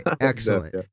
Excellent